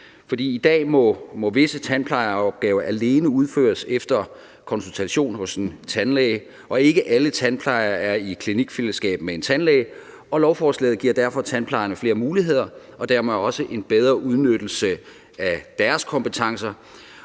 I dag må visse tandplejeopgaver alene udføres efter konsultation hos en tandlæge, men ikke alle tandplejere er i klinikfællesskab med en tandlæge, og lovforslaget giver derfor tandplejerne flere muligheder og dermed også en bedre udnyttelse af deres kompetencer,